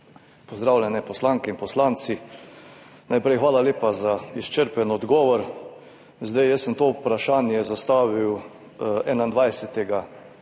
pozdravljene poslanke in poslanci! Najprej hvala lepa za izčrpen odgovor. Jaz sem to vprašanje zastavil 21.